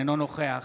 אינו נוכח